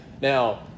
Now